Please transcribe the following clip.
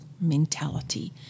mentality